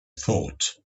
thought